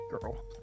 girl